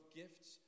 gifts